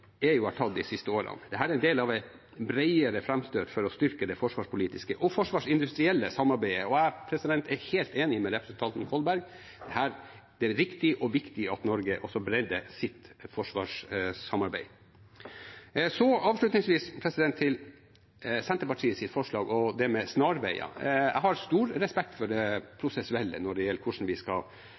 har tatt de siste årene. Dette er en del av et bredere framstøt for å styrke det forsvarspolitiske og forsvarsindustrielle samarbeidet. Og jeg er helt enig med representanten Kolberg i at her er det riktig og viktig at Norge også bredder sitt forsvarssamarbeid. Avslutningsvis til Senterpartiets forslag og det med snarveier: Jeg har stor respekt for det prosessuelle når det gjelder hvordan vi skal